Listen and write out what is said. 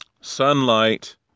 sunlight